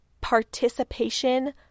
participation